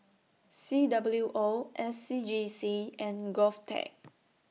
C W O S C G C and Govtech